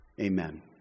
amen